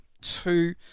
two